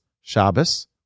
Shabbos